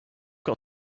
got